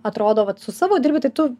atrodo vat su savo dirbi tai tu